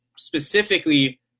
specifically